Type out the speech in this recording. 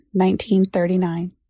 1939